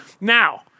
now